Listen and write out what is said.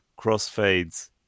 crossfades